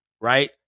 right